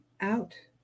out